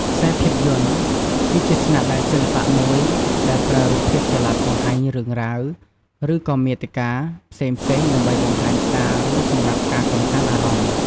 ខ្សែភាពយន្ត គឺជាស្នាដៃសិល្បៈមួយដែលប្រើរូបភាពចល័តបង្ហាញរឿងរ៉ាវ ឬក៏មាតិកាផ្សេងៗ ដើម្បីបង្ហាញសារ ឬ សម្រាប់ការកំសាន្តអារម្មណ៌។